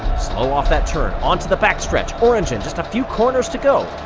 slow off that turn, on to the back stretch. orn, just a few corners to go,